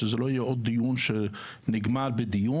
שזה לא יהיה עוד דיון שנגמר בדיון,